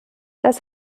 das